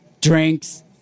drinks